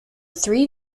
three